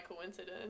coincidence